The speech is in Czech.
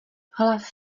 hlas